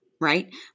right